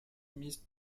missed